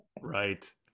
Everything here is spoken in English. Right